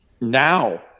now